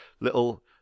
little